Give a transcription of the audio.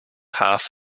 half